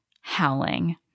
howling